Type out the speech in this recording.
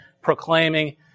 proclaiming